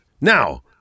Now